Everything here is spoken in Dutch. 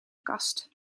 kast